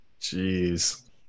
Jeez